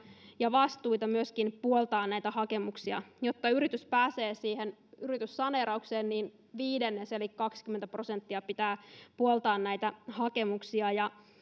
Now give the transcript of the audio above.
ja vastuita myöskin puoltaa näitä hakemuksia jotta yritys pääsee siihen yrityssaneeraukseen niin viidenneksen eli kaksikymmentä prosenttia pitää puoltaa näitä hakemuksia